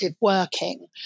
working